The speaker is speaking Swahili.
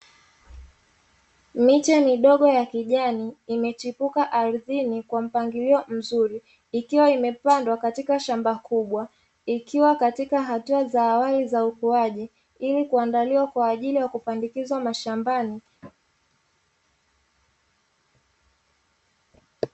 Miche midogo ya kijani imechipuka ardhini kwa mpangilio mzuri, ikiwa imepandwa katika shamba kubwa, ikiwa katika hatua za awali za ukuaji, ili kuandaliwa kwa ajili ya kupandikizwa mashambani.